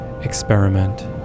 experiment